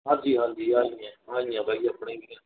ਹਾਂਜੀ ਹਾਂਜੀ ਹਾਂਜੀ ਹਾਂ ਹਾਂਜੀ ਹਾਂ ਵਧੀਆ ਪੜ੍ਹੇ ਲਿਖੇ